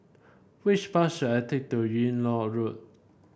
which bus should I take to Yung Loh Road